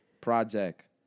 Project